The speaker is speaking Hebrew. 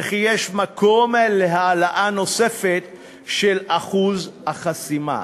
וכי יש מקום להעלאה נוספת של אחוז החסימה."